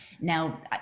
Now